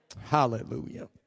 Hallelujah